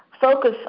focus